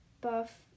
buff